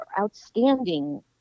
outstanding